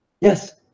yes